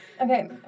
Okay